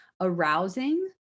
arousing